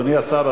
אדוני השר,